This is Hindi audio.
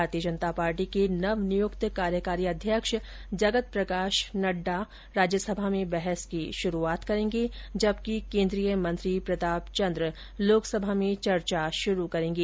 भारतीय जनता पार्टी के नव नियुक्त कार्यकारी अध्यक्ष जगत प्रकाश नड्डा राज्यसभा में बहस की शुरूआत करेंगे जबकि केंद्रीय मंत्री प्रताप चंद्र लोकसभा में चर्चा शुरू करेंगे